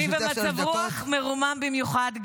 אני במצב רוח מרומם במיוחד,